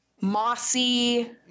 Mossy